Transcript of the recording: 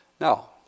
Now